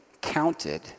counted